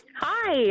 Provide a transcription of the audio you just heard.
Hi